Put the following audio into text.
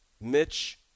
Mitch